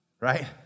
Right